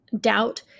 doubt